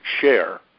share